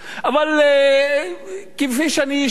אבל כפי שאני שומע,